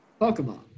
Pokemon